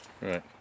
Right